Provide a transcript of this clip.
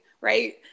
right